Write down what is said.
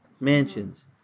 mansions